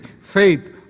faith